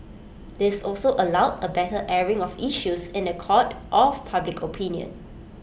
this also allowed A better airing of issues in The Court of public opinion